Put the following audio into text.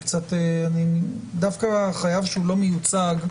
דווקא חייב שאינו מיוצג,